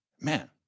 man